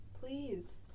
please